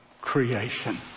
creation